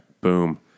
boom